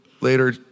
later